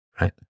right